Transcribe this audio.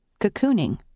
cocooning